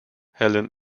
helen